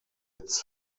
its